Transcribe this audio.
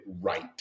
right